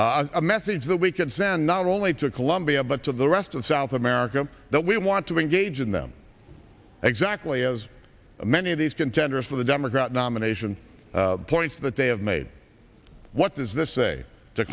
country a message that we can send not only to colombia but to the rest of south america that we want to engage in them exactly as many of these contenders for the democrat nomination the points that they have made what does this say to